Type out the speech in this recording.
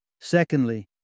Secondly